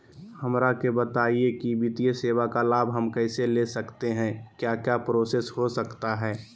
हमरा के बताइए की वित्तीय सेवा का लाभ हम कैसे ले सकते हैं क्या क्या प्रोसेस हो सकता है?